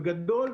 בגדול,